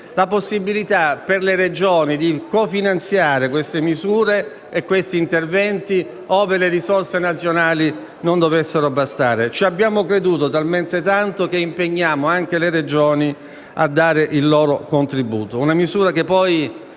la possibilità per le Regioni di cofinanziare queste misure e questi interventi ove le risorse nazionali non dovessero bastare. Ci abbiamo creduto talmente tanto che impegniamo anche le Regioni a dare il loro contributo. È una misura che poi